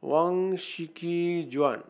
Huang Shiqi Joan